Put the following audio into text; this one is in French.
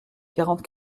quarante